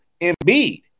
Embiid